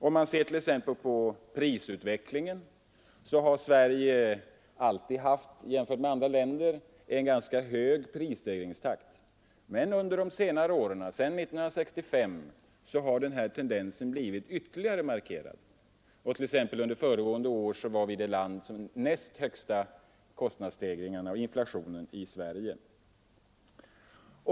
Sverige har t.ex. alltid haft en jämfört med andra länder ganska hög prisstegringstakt. Men sedan 1965 har denna tendens blivit ytterligare markerad. Under föregående år var vi det land som hade den näst högsta kostnadsstegringen och inflationen i världen.